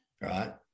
right